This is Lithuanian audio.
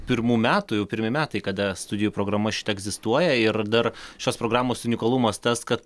pirmų metų jau pirmi metai kada studijų programa šita egzistuoja ir dar šios programos unikalumas tas kad